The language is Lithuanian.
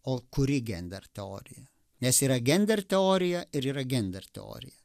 o kuri gender teorija nes yra gender teorija ir yra gender teorija